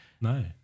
no